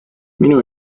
minu